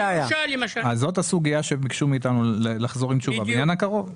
זאת הסוגייה שביקשו מאיתנו לחזור עם תשובה בעניין ה-קרוב.